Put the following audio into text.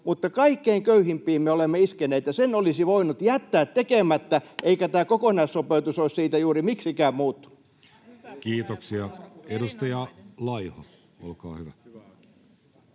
mutta kaikkein köyhimpiin me olemme iskeneet, ja sen olisi voinut jättää tekemättä, eikä tämä kokonaissopeutus olisi siitä juuri miksikään muuttunut. Kiitoksia. — Edustaja Laiho, olkaa hyvä.